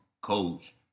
coach